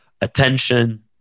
attention